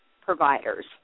providers